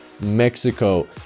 Mexico